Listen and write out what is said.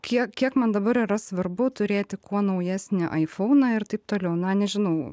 kiek kiek man dabar yra svarbu turėti kuo naujesnį aifauną ir taip toliau na nežinau